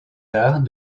arts